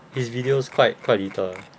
his videos quite quite little